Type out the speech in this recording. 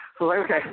Okay